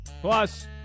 Plus